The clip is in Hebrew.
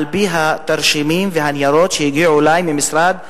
על-פי התרשימים והניירות שהגיעו אלי ממשרד החקלאות,